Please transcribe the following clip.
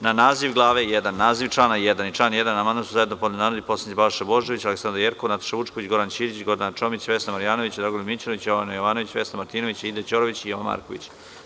Na naziv glave I, naziv člana 1. i član 1. amandman su zajedno podneli narodni poslanici Balša Božović, Aleksandra Jerkov, Nataša Vučković, Goran Ćirić, Gordana Čomić, Vesna Marjanović, Dragoljub Mićunović, Jovana Jovanović, Vesna Martinović, Aida Ćorović i Jovan Marković.